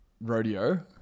Rodeo